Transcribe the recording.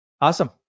Awesome